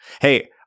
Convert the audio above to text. hey